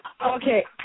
Okay